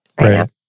right